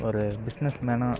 ஒரு பிஸ்னஸ்மேனாக